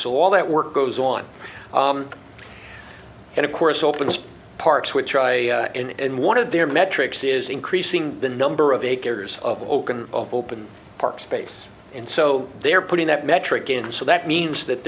so all that work goes on and of course opens parks which try and one of their metrics is increasing the number of acres of open park space and so they're putting that metric in so that means that